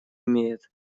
имеет